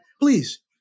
please